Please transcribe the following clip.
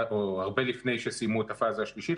או הרבה לפני שסיימו את הפאזה השלישית,